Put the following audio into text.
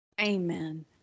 Amen